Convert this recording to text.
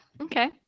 Okay